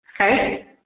Okay